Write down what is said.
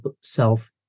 self